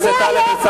יקירתי,